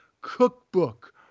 Cookbook